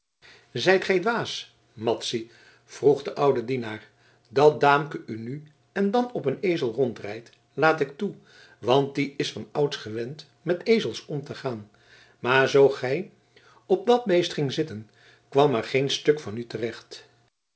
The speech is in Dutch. zijt gij dwaas madzy vroeg de oude dienaar dat daamke u nu en dan op een ezel rondrijdt laat ik toe want die is vanouds gewend met ezels om te gaan maar zoo gij op dat beest ging zitten kwam er geen stuk van